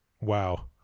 wow